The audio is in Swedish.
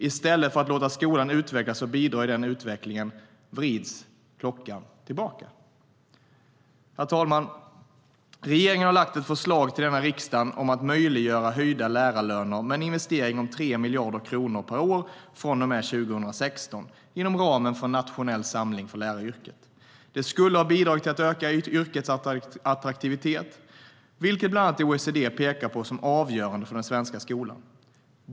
I stället för att låta skolan utvecklas och bidra till den utvecklingen vrids klockan tillbaka. Det skulle ha bidragit till att öka yrkets attraktivitet, vilket bland annat OECD pekar på som avgörande för den svenska skolan.